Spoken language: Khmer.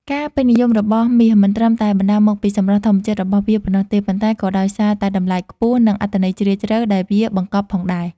ការពេញនិយមរបស់មាសមិនត្រឹមតែបណ្ដាលមកពីសម្រស់ធម្មជាតិរបស់វាប៉ុណ្ណោះទេ ប៉ុន្តែក៏ដោយសារតែតម្លៃខ្ពស់ និងអត្ថន័យជ្រាលជ្រៅដែលវាបង្កប់ផងដែរ។